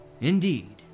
Indeed